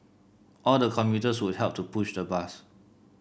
all the commuters would help to push the bus